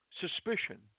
Suspicion